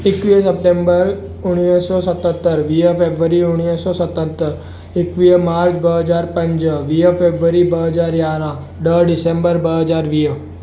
एकवीह सेप्टेंबर उणिवीह सौ सतहतरि वीह फेबररी उणिवीह सौ सतहतरि एकवीह मार्च ॿ हज़ार पंज वीह फेबररी ॿ हज़ार यारहं ॾह डिसंबर ॿ हज़ार वीह